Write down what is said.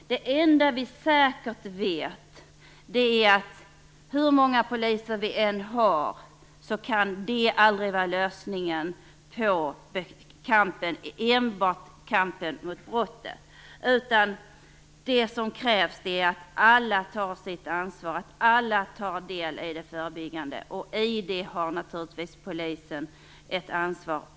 Det enda som vi säkert vet är att oavsett hur många poliser vi har kan enbart detta aldrig vara lösningen i fråga om kampen mot brotten, utan det som krävs är att alla tar sitt ansvar och tar del i det förebyggande arbetet. I detta arbete har naturligtvis också polisen ett ansvar.